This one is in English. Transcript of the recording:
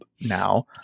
now